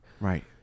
Right